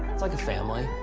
it's like a family.